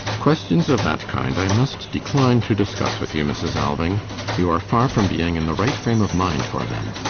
questions of that kind i must decline to discuss with you, mrs. alving you are far from being in the right frame of mind for them.